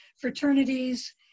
fraternities